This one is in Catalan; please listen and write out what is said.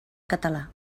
català